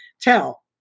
tell